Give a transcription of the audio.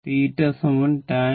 തീറ്റ tan 18